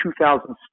2006